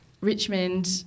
Richmond